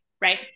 right